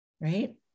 Right